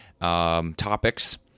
topics